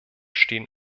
stehen